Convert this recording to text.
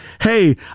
Hey